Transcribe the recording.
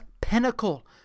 pinnacle